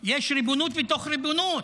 יש ריבונות בתוך ריבונות.